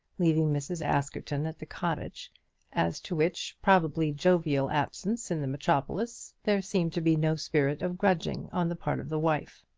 leaving mrs. askerton at the cottage as to which, probably jovial, absence in the metropolis there seemed to be no spirit of grudging on the part of the wife.